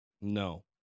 No